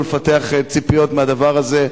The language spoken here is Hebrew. לא לפתח ציפיות מהדבר הזה.